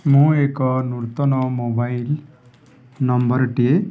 ମୁଁ ଏକ ନୂତନ ମୋବାଇଲ ନମ୍ବରଟିଏ